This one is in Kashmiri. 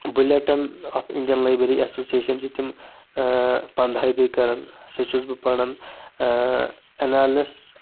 bulletin of Indian library association چھ تِم پنٛدہاے دوٚہۍ کران سُہ چُھس بہٕ پران اینیلِسس